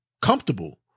comfortable